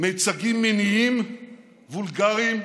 מיצגים מיניים וולגריים,